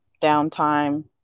downtime